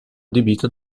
adibito